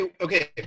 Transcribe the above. okay